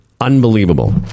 Unbelievable